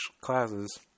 classes